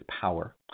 power